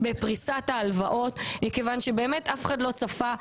פריסת ההלוואות מכיוון שבאמת אף אחד לא צפה,